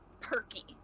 perky